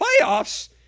playoffs